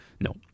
No